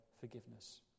forgiveness